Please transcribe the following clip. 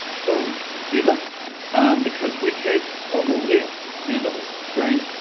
put together because we had on the left hand of the screen.